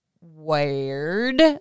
weird